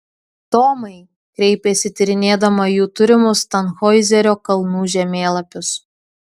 tomai kreipėsi tyrinėdama jų turimus tanhoizerio kalnų žemėlapius